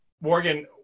Morgan